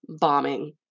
bombing